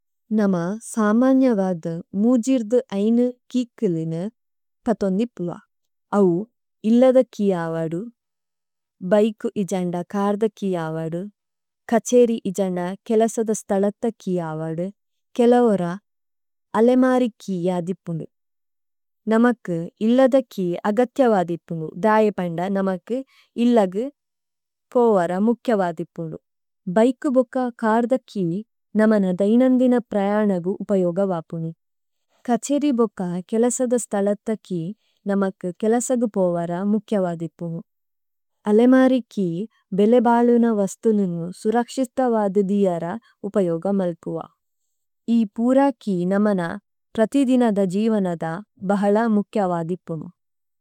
നമ സമന്യവദ മുജിര്ദു ഐനു കിക്കിലിന പതോന്ദിപുഅ। ഔ ഇല്ലദ കി അവദു, ബൈകു ഇജന്ദ കര്ദ കി അവദു, കചേരി ഇജന്ദ കേലസദ സ്തലത കി അവദു, കേലവര അലേമരി കി അദിപുനു। നമകു ഇല്ലദ കി അഗത്യവദിപുനു, ദയപന്ദ നമകു ഇല്ലഗു ക്ōവര മുക്ത്യവദിപുനു। ഭൈകു ബോക കര്ദ കി നമന ദൈനന്ദിന പ്രയനഗു ഉപയോഗ വപുനു। കചേരി ബോക കേലസദ സ്തലത കി നമകു കേലസഗു പ്ōവര മുക്ത്യവദിപുനു। അലേമരി കി ബേലേബലുന വസ്തു ലുനു സുരക്ശിതവദു ദിയര ഉപയോഗ മല്കുവ। ഇ പുര കി നമന പ്രതിദിനദ ജിവനദ ബഹല മുക്ത്യവദിപുനു।